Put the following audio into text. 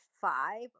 five